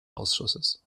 ausschusses